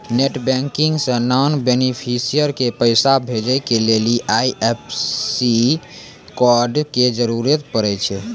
net banking से non beneficiary के पैसा भेजै के लेली आई.एफ.एस.सी कोड के जरूरत पड़ै छै